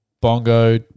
bongo